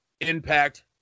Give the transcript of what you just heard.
impact